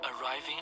arriving